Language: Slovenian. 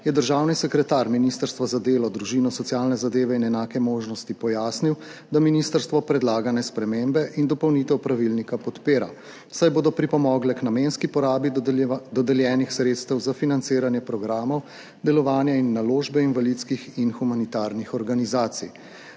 je državni sekretar Ministrstva za delo, družino, socialne zadeve in enake možnosti pojasnil, da ministrstvo predlagane spremembe in dopolnitev pravilnika podpira, saj bodo pripomogle k namenski porabi dodeljenih sredstev za financiranje programov, delovanje in naložbe invalidskih in humanitarnih organizacij.